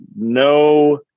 no